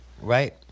right